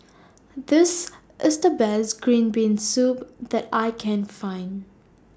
This IS The Best Green Bean Soup that I Can Find